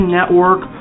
Network